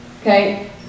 Okay